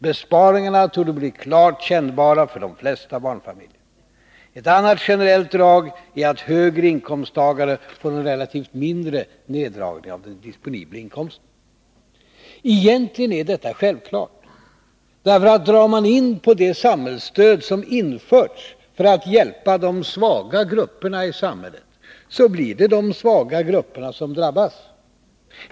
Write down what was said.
Besparingarna torde bli klart kännbara för de flesta barnfamiljer. Ett annat generellt drag är att högre inkomsttagare får en relativt mindre neddragning av den disponibla inkomsten. Egentligen är detta självklart, för om man drar in på det samhällsstöd som införts för att hjälpa de svaga grupperna i samhället, då blir det de svaga grupperna som drabbas.